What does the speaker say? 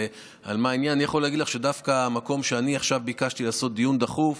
אני יכול להגיד לך שדווקא המקום שביקשתי לעשות דיון דחוף